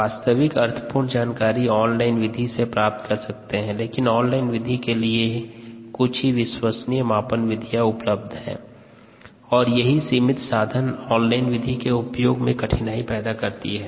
वास्तविक अर्थपूर्ण जानकारी ऑन लाइन विधि से प्राप्त कर सकते है लेकिन ऑन लाइन विधि के लिए कुछ ही विश्वसनीय मापन विधियाँ उपलब्ध हैं और यही सिमित साधन ऑन लाइन विधि के उपयोग में कठिनाई पैदा करती है